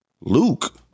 Luke